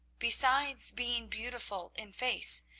besides being beautiful in face,